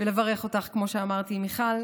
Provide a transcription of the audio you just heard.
ולברך אותך, מיכל,